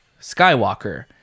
Skywalker